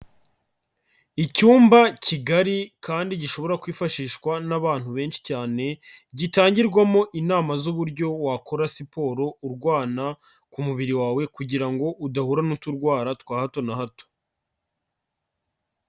Icyumba kigari kandi gishobora kwifashishwa n'abantu benshi cyane, gitangirwamo inama z'uburyo wakora siporo urwana ku mubiri wawe kugira ngo udahura n'uturwara twa hato na hato.